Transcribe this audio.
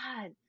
God